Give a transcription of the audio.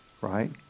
right